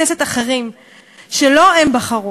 חברי הכנסת מבקשים להדיח חברי כנסת אחרים שלא הם בחרו.